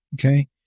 Okay